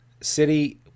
city